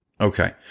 Okay